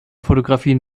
fotografien